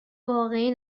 واقعی